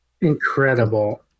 incredible